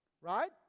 right